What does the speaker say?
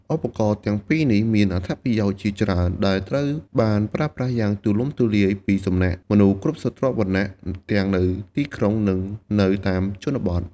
ឧបករណ៍ទាំងពីរនេះមានអត្ថប្រយោជន៍ជាច្រើនដែលត្រូវបានប្រើប្រាស់យ៉ាងទូលំទូលាយពីសំណាក់មនុស្សគ្រប់ស្រទាប់វណ្ណៈ ទាំងនៅទីក្រុងនិងនៅតាមជនបទ។